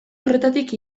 horretatik